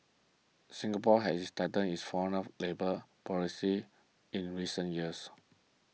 Singapore has its foreign labour policies in recent years